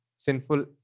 sinful